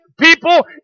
people